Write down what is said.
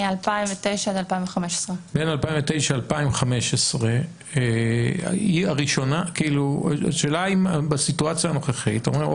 מ-2009 עד 2015. השאלה אם בסיטואציה הנוכחית אומרים לה,